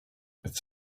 it’s